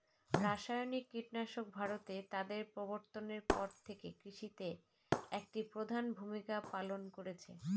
রাসায়নিক কীটনাশক ভারতে তাদের প্রবর্তনের পর থেকে কৃষিতে একটি প্রধান ভূমিকা পালন করেছে